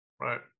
right